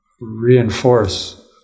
reinforce